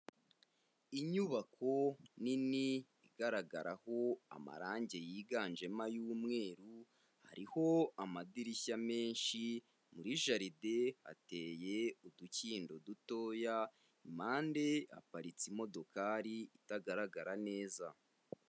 Inyubako nini, igaragaraho amarangi yiganjemo ay'umweru, hariho amadirishya menshi, muri jaridi hateye udukindo dutoya impande, haparitse imodokari itagaragara neza.